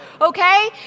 okay